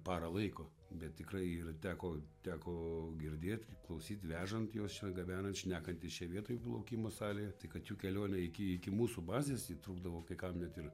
parą laiko bet tikrai ir teko teko girdėt kaip klausyt vežant juos čia gabenant šnekantis čia vietoj laukimo salėje tai kad jų kelionė iki iki mūsų bazės ji trukdavo kai kam net ir